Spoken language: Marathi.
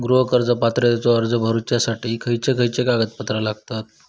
गृह कर्ज पात्रतेचो अर्ज भरुच्यासाठी खयचे खयचे कागदपत्र लागतत?